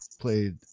played